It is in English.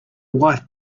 wife